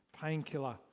painkiller